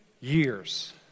years